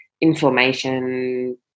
inflammation